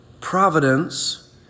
Providence